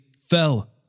fell